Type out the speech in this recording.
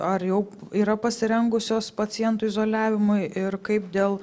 ar jau yra pasirengusios pacientų izoliavimui ir kaip dėl